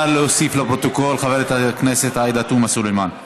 נא להוסיף לפרוטוקול את חברת הכנסת עאידה תומא סלימאן.